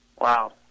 Wow